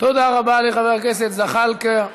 תודה רבה לחבר הכנסת זחאלקה.